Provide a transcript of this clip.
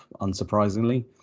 unsurprisingly